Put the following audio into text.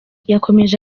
yakomeje